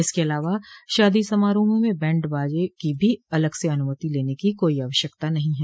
इसके अलावा शादी समारोह में बैंडबाजे की भी अलग से अनुमति लेने की कोई आवश्यकता नहीं है